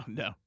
no